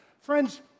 Friends